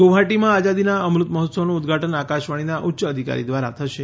ગુવાહાટીમાં આઝાદીના અમૃત મહોત્સવનું ઉદ્વાટન આકાશવાણીના ઉચ્ચ અધિકારી દ્વારા થશે